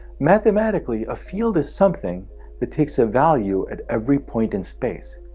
mathematically, a field is something that takes a value at every point in space.